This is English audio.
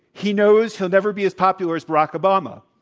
he knows he'll never be as popular as barak obama.